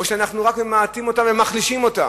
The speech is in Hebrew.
או שאנחנו רק ממעטים אותה ומחלישים אותה?